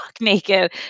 naked